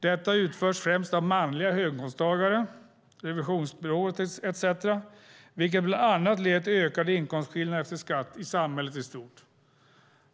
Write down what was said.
Detta utförs främst av manliga höginkomsttagare, revisionsbyråer etcetera, vilket bland annat leder till ökade inkomstskillnader efter skatt i samhället i stort.